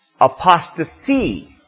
apostasy